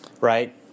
right